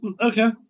okay